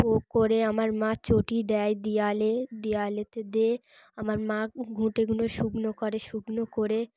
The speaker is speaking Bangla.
করে আমার মা চটি দেয় দেওয়ালে দেওয়ালেতে দেয়ে আমার মা ঘুঁটে গুলো শুকনো করে শুকনো করে